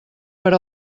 per